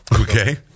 Okay